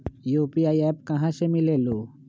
UPI app कहा से मिलेलु?